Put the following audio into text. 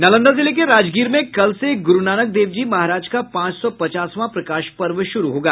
नालंदा जिले के राजगीर में कल से गुरूनानक देव जी महाराज का पांच सौ पचासवां प्रकाश पर्व शुरू होगा